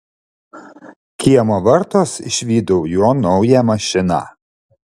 kiemo vartuos išvydau jo naują mašiną